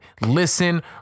listen